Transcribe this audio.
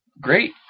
Great